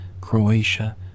Croatia